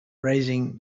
raising